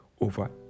over